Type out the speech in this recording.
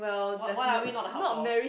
what what are we not the hub for